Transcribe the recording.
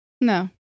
No